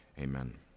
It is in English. Amen